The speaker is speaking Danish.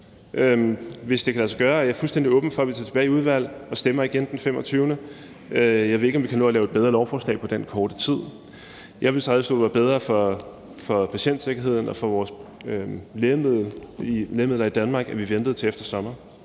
er jeg fuldstændig åben for at tage det tilbage i udvalget og stemme igen den 25. Jeg ved ikke, om vi kan nå at lave et bedre forslag på den korte tid. Jeg synes, det ville være bedre for patientsikkerheden og for vores lægemidler i Danmark, at vi ventede til efter sommer.